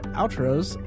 outros